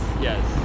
yes